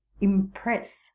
impress